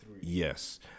Yes